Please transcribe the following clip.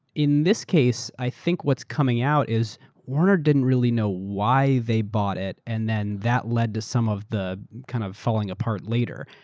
in this case, i think what's coming out is warner didn't really know why they bought it and then that led to some of the kind of falling apart later.